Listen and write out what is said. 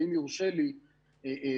ואם יורשה לי לזהות